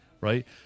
right